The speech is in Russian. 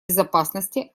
безопасности